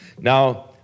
Now